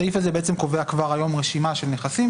הסעיף קובע רשימה של נכסים